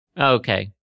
Okay